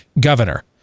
governor